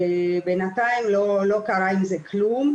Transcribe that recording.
בינתיים לא קרה עם זה כלום,